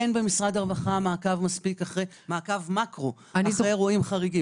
אין במשרד הרווחה מעקב מקרו אחרי אירועים חריגים.